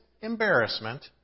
embarrassment